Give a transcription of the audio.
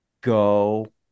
go